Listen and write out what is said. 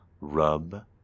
Rub